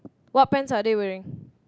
what pants are they wearing